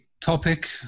topic